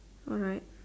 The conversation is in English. alright